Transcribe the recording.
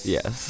Yes